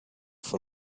for